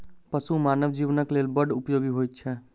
पशु मानव जीवनक लेल बड़ उपयोगी होइत छै